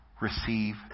receive